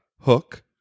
Hook